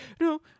no